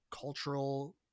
cultural